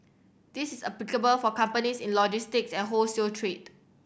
this is applicable for companies in logistics and wholesale trade